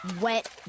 wet